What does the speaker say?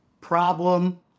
problem